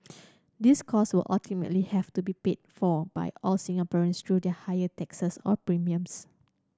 these cost will ultimately have to be paid for by all Singaporeans through the higher taxes or premiums